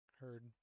Heard